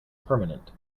permanent